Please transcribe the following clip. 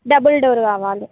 double door కావాలి